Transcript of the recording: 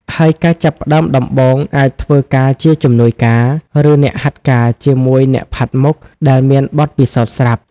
ហើយការចាប់ផ្តើមដំបូង អាចធ្វើការជាជំនួយការ ឬអ្នកហាត់ការជាមួយអ្នកផាត់មុខដែលមានបទពិសោធន៍ស្រាប់។